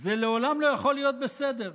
זה לעולם לא יכול להיות בסדר.